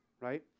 right